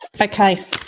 Okay